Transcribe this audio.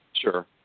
Sure